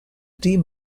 team